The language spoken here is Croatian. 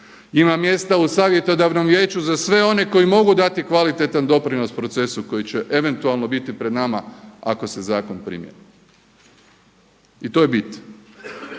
Ima mjesta u savjetodavnom vijeću za sve one koji mogu dati kvalitetan doprinos procesu koji će eventualno biti pred nama ako se zakon primijeni i to je bit,